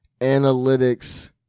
analytics